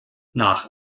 nach